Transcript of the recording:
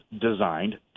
designed